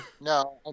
no